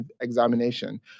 examination